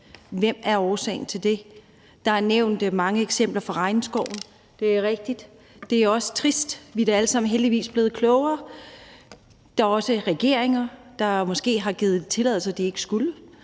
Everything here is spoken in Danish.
Hvem er årsagen til det? Der er nævnt mange eksempler fra regnskoven. Det er rigtigt. Det er også trist. Vi er da alle sammen heldigvis blevet klogere. Der er også regeringer, der måske har givet tilladelser, de ikke skulle